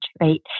right